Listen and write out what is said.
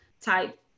type